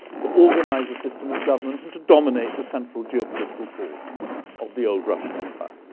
to organize a system of government and to dominate the central geopolitical core of the old russian empire,